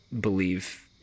believe